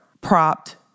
propped